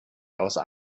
außer